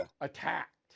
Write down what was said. Attacked